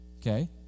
Okay